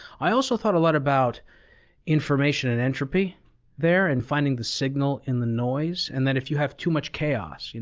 i also thought a lot about information and entropy there, and finding the signal in the noise, and that if you have too much chaos,